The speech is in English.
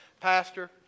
Pastor